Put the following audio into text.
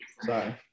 sorry